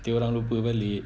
dia orang lupa balik